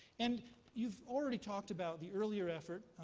and you've already talked about the earlier effort,